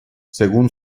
según